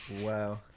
Wow